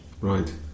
right